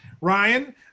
Ryan